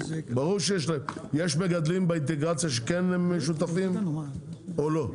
ברור שיש מגדלים באינטגרציה שהם כן שותפים או לא?